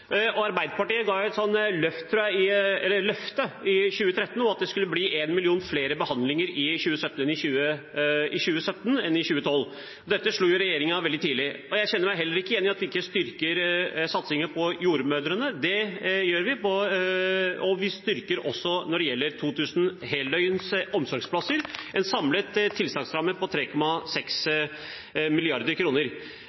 helse. Arbeiderpartiet ga et løfte i 2013 om at det skulle bli én million flere behandlinger i 2017 enn i 2012. Dette tallet slo regjeringen veldig tidlig. Jeg kjenner meg heller ikke igjen i at vi ikke styrker satsingen på jordmødrene. Det gjør vi. Vi styrker også budsjettet når det gjelder heldøgns omsorgsplasser – 2 000 flere, med en samlet tilsagnsramme på 3,6